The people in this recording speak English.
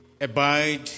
Abide